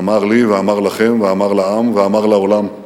אמר לי, אמר לכם, אמר לעם ואמר לעולם.